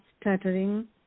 stuttering